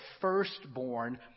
firstborn